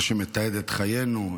זה שמתעד את חיינו,